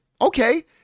okay